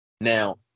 Now